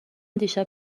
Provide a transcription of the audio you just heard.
دیشب